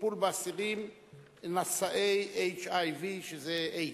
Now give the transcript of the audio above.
טיפול באסירים נשאי HIV, שזה איידס.